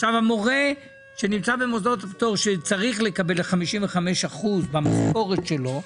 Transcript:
המורה שנמצא במוסדות הפטור וצריך לקבל 55% במשכורת שלו,